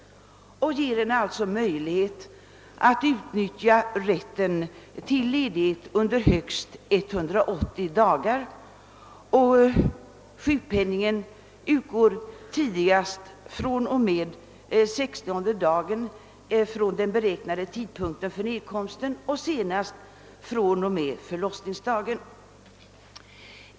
Lagen ger kvinnan möjlighet till ledighet under högst 180 dagar. Sjukpenningen utgår tidigast från och med den sextionde dagen före den beräknade tidpunkten för nedkomsten och senast från och med förlossningsdagen.